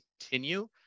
continue